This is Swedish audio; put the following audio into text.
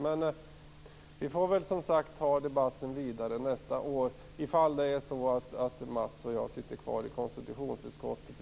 Men vi får väl som sagt föra debatten vidare nästa år om det är så att Mats Berglind och jag sitter kvar i konstitutionsutskottet.